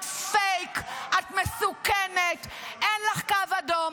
את פייק, את מסוכנת, אין לך קו אדום.